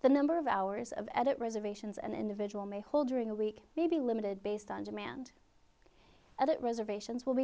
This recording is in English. the number of hours of edit reservations an individual may hold during a week may be limited based on demand and that reservations will be